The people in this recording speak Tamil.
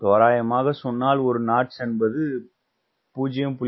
தோராயமாக சொன்னால் ஒரு knots என்பது 0